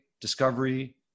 discovery